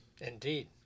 Indeed